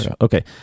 Okay